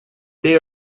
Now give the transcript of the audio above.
they